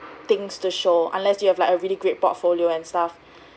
things to show unless you have like a really great portfolio and stuff